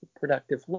productive